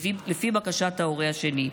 לפי בקשת ההורה השני.